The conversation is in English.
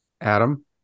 Adam